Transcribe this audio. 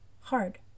hard